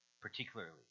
particularly